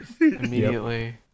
Immediately